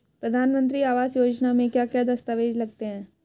प्रधानमंत्री आवास योजना में क्या क्या दस्तावेज लगते हैं?